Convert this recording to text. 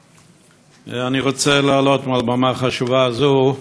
תודה, אני רוצה להעלות מעל במה חשובה זו,